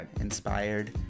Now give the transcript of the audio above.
Inspired